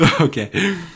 Okay